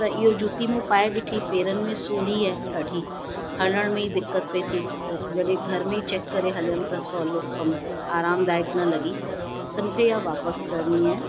त इहो जूती मूं पाए ॾिठी पैरनि में सोड़ी आहे ॾाढी हलण में ई दिक़त पिए थी जॾहिं घर में चैक करे हलियमि त सहुलो कम आरामदायक न लॻी त मूंखे इहा वापसि करिणी आहे